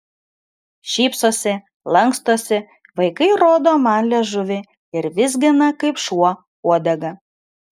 šypsosi lankstosi vaikai rodo man liežuvį ir vizgina kaip šuo uodegą